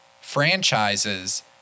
franchises